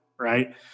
Right